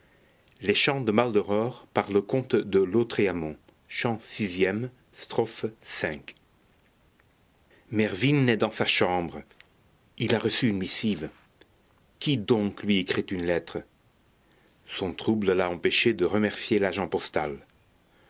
mervyn est dans sa chambre il a reçu une missive qui donc lui écrit une lettre son trouble l'a empêché de remercier l'agent postal